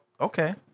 okay